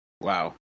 Wow